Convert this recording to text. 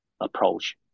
approach